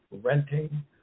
renting